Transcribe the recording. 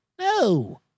no